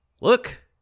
look